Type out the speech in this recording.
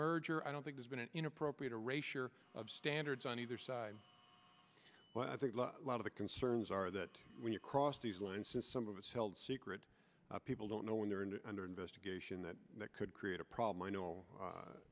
merger i don't think there's been an inappropriate or a share of standards on either side but i think a lot of the concerns are that when you cross these lines since some of us held secret people don't know when they're in under investigation that that could create a problem i know